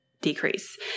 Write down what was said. decrease